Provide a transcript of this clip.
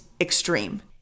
extreme